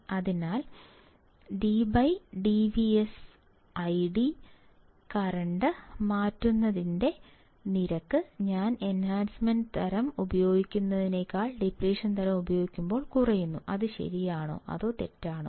അതിനാൽ dd current മാറ്റുന്നതിന്റെ നിരക്ക് ഞാൻ എൻഹാൻസ്മെൻറ് ഉപയോഗിക്കുന്നതിനേക്കാൾ ഡിപ്ലിഷൻ തരം ഉപയോഗിക്കുമ്പോൾ കുറയുന്നു അത് ശരിയാണോ അതോ തെറ്റാണോ